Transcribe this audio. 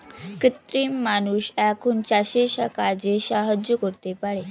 কৃত্রিম মানুষ এখন চাষের কাজে সাহায্য করতে পারে